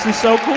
so cool.